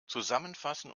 zusammenfassen